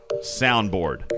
soundboard